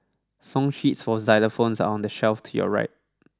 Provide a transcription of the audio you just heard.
song sheets for xylophones are on the shelf to your right